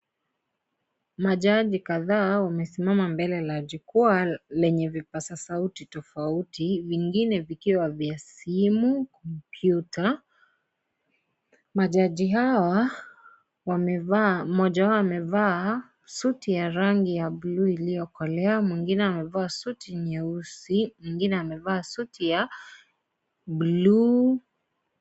Majaji kadhaa wamesimama mbele la jukwaa lenye vipasa sauti tofauti vingine vikiwa vya simu kompyuta majaji hawa mmoja wao amevaa suti ya rangi ya bluu iliyo kolea mwingine amevaa suti nyeusi, mwingine amevaa suti ya bluu.